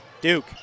Duke